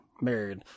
married